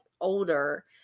older –